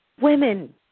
women